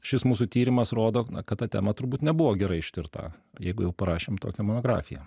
šis mūsų tyrimas rodo kad ta tema turbūt nebuvo gerai ištirta jeigu jau parašėm tokią monografiją